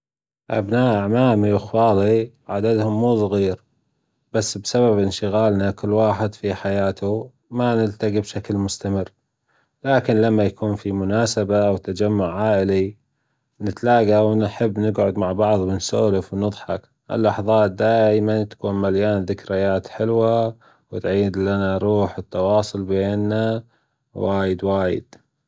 أبناء أعمامي وإخوالي عددهم مو صغير، بس بسبب إنشغالنا كل واحد في حياته ما نلتجي بشكل مستمر، لكن لما يكون في مناسبة وتجمع عائلي نتلاجى ونحب نجعد مع بعض ونسولف ونضحك، اللحظات دائما تكون مليانة حلوة وتعيد لنا روح التواصل بينا وايد وايد.